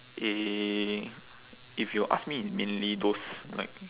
eh if you ask me it's mainly those like